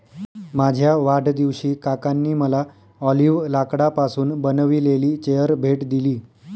माझ्या वाढदिवशी काकांनी मला ऑलिव्ह लाकडापासून बनविलेली चेअर भेट दिली